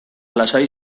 lasai